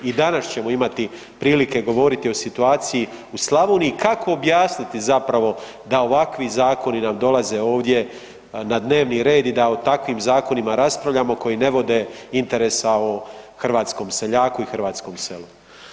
I danas ćemo imati prilike govoriti o situaciji u Slavoniji, kako objasniti zapravo da ovakvi zakoni nam dolaze ovdje na dnevni red i da o takvim zakonima raspravljamo koji ne vode interesa o hrvatskom seljaku i hrvatskom selu.